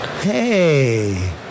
Hey